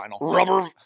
rubber